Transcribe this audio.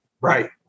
Right